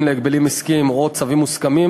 להגבלים עסקיים או צווים מוסכמים,